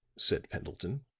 said pendleton.